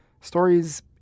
Stories